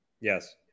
Yes